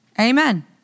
Amen